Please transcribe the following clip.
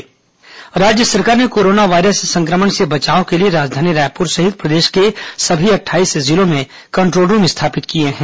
corona control room राज्य सरकार ने कोरोना वायरस संक्रमण से बचाव के लिए राजधानी रायपुर सहित प्रदेश के सभी अट्ठाईस जिलों में कंट्रोल रूम स्थापित किए हैं